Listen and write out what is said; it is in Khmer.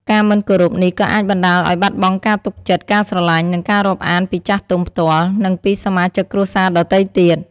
ការមិនគោរពនេះក៏អាចបណ្ដាលឲ្យបាត់បង់ការទុកចិត្ត ការស្រឡាញ់ និងការរាប់អានពីចាស់ទុំផ្ទាល់ និងពីសមាជិកគ្រួសារដទៃទៀត។